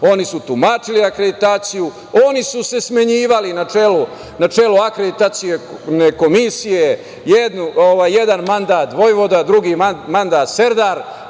oni su tumačili akreditaciju, oni su se smenjivali na čelu akreditacione komisije, jedan mandat vojvoda, drugi mandat serdar,